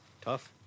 tough